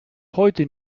heute